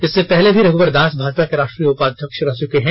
इससे पहले भी रघुवर दास भाजपा के राष्ट्रीय उपाध्यक्ष रह चुके हैं